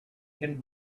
can